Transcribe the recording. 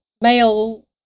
male